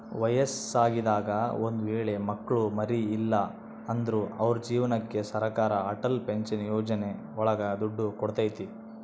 ವಯಸ್ಸಾಗಿದಾಗ ಒಂದ್ ವೇಳೆ ಮಕ್ಳು ಮರಿ ಇಲ್ಲ ಅಂದ್ರು ಅವ್ರ ಜೀವನಕ್ಕೆ ಸರಕಾರ ಅಟಲ್ ಪೆನ್ಶನ್ ಯೋಜನೆ ಒಳಗ ದುಡ್ಡು ಕೊಡ್ತೈತಿ